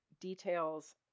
details